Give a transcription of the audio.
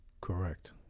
Correct